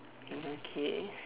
okay